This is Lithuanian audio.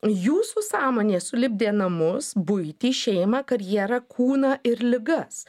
jūsų sąmonė sulipdė namus buitį šeimą karjerą kūną ir ligas